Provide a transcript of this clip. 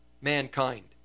mankind